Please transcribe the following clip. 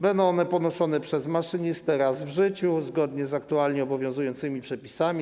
Będą one ponoszone przez maszynistę raz w życiu, zgodnie z aktualnie obowiązującymi przepisami.